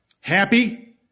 happy